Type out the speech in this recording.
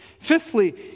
Fifthly